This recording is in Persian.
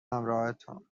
همراهتون